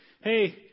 Hey